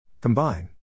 Combine